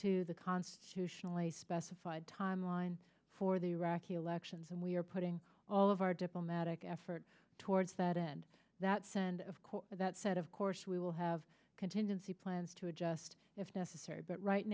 to the constitutional a specified timeline for the iraqi elections and we are putting all of our diplomatic effort towards that end that's and of course that said of course we will have contingency plans to adjust if necessary but right